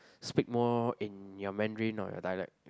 speak more in your Mandarin or your dialect